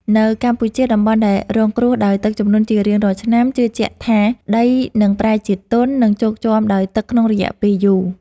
នៅកម្ពុជា តំបន់ដែលរងគ្រោះដោយទឹកជំនន់ជារៀងរាល់ឆ្នាំ ជឿជាក់ថាដីនឹងប្រែជាទន់ និងជោកជាំដោយទឹកក្នុងរយៈពេលយូរ។